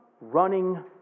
running